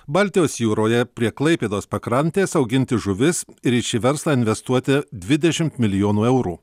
baltijos jūroje prie klaipėdos pakrantės auginti žuvis ir į šį verslą investuoti dvidešimt milijonų eurų